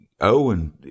Owen